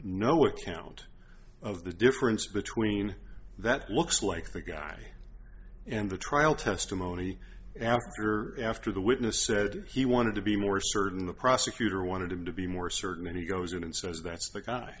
no account of the difference between that looks like the guy and the trial testimony after after the witness said he wanted to be more certain the prosecutor wanted him to be more certain and he goes in and says that's the guy